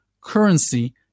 currency